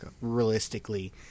realistically